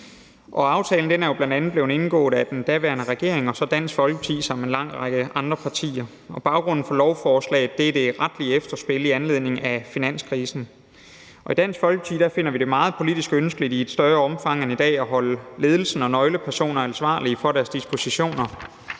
Aftalen er jo bl.a. blevet indgået af den daværende regering og så Dansk Folkeparti samt en lang række andre partier, og baggrunden for lovforslaget er det retlige efterspil i anledning af finanskrisen. I Dansk Folkeparti finder vi det meget politisk ønskeligt i et større omfang end i dag at holde ledelsen og nøglepersoner ansvarlige for deres dispositioner.